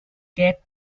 gap